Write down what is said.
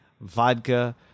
Vodka